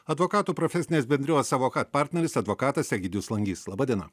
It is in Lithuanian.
advokatų profesinės bendrijos avocad partneris advokatas egidijus langys laba diena